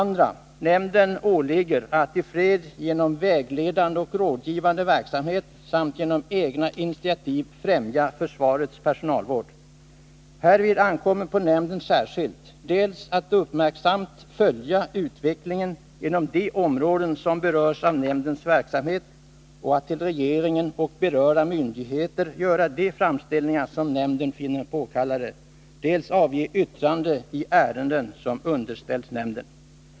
Nämnden åligger att i fred genom vägledande och rådgivande verksamhet samt genom egna initiativ främja försvarets personalvård. Härvid ankommer på nämnden särskilt, dels att uppmärksamt följa utvecklingen inom de områden som berörs av nämndens verksamhet och att till regeringen och berörda myndigheter göra de framställningar som nämnden finner påkallade, dels att avge yttrande i ärenden som underställs nämnden.